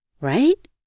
right